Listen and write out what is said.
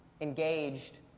engaged